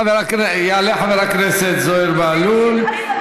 יעלה חבר הכנסת זוהיר בהלול,